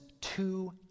two